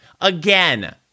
Again